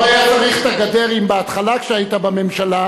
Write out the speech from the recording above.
לא היה צריך את הגדר אם בהתחלה, כשהיית בממשלה,